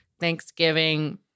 Thanksgiving